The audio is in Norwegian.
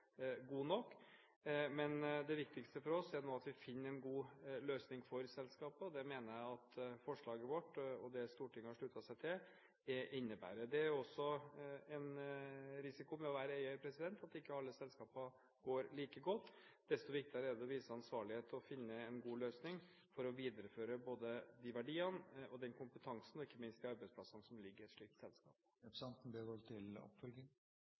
nok, men det viktigste for oss er nå at vi finner en god løsning for selskapet. Det mener jeg at forslaget vårt og det Stortinget har sluttet seg til, innebærer. Det er også en risiko ved å være eier at ikke alle selskaper går like godt. Desto viktigere er det å vise ansvarlighet og finne en god løsning for å videreføre både de verdiene, den kompetansen og ikke minst de arbeidsplassene som ligger i et slikt selskap.